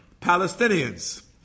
Palestinians